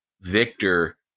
Victor